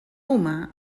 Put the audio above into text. humà